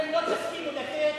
אתם לא תסכימו לתת,